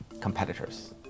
competitors